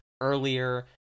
earlier